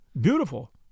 Beautiful